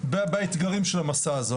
באתגרים של המסע הזה.